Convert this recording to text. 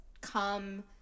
come